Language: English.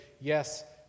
yes